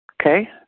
Okay